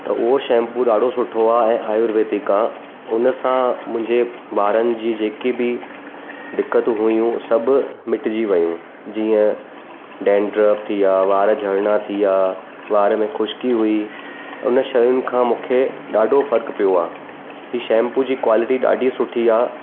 त उहो शैम्पू ॾाढो सुठो आहे ऐं आयुर्वेदिक आहे हुन सां मुंहिंजे वारनि जी जेकी बि दिक़तूं हुयूं सभु मिटिजी वयूं जीअं डैंडरफ थिया वार झरणा थिया वार में ख़ुश्की हुई उन शयुनि खां मूंखे ॾाढो फ़र्क़ु पियो आहे हीउ शैम्पू जी क्वालिटी ॾाढी सुठी आहे